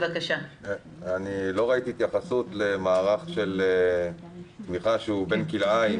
לא ראיתי התייחסות למערך תמיכה שהוא בן כלאיים: